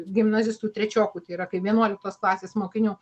gimnazistų trečiokų tai yra kaip vienuoliktos klasės mokinių